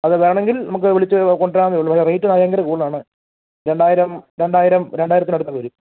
അത് വേണമെങ്കിൽ നമുക്ക് വിളിച്ച് കൊണ്ടുവരാവുന്നതേയുള്ളു അതിന് റേറ്റ് ഭയങ്കര കൂടുതലാണ് രണ്ടായിരം രണ്ടായിരം രണ്ടായിരത്തിനടുത്ത് വരും